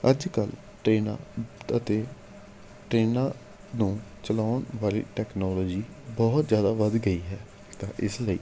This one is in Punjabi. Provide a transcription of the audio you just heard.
ਅੱਜ ਕੱਲ੍ਹ ਟ੍ਰੇਨਾਂ ਅਤੇ ਟ੍ਰੇਨਾਂ ਨੂੰ ਚਲਾਉਣ ਵਾਲੀ ਟੈਕਨੋਲੋਜੀ ਬਹੁਤ ਜ਼ਿਆਦਾ ਵੱਧ ਗਈ ਹੈ ਤਾਂ ਇਸ ਲਈ